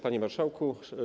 Panie Marszałku!